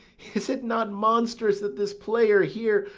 is it not monstrous that this player here,